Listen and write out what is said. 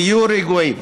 תהיו רגועים.